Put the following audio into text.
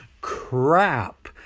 crap